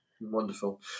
wonderful